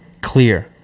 Clear